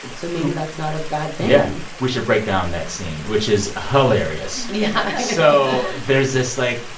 so maybe that's not a bad thing yeah, we should break down that scene, which is hilarious yeah so there's this, like,